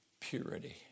purity